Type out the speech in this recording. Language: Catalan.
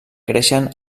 creixen